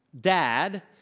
dad